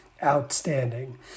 outstanding